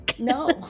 No